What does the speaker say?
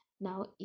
now